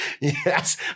Yes